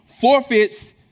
forfeits